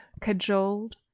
cajoled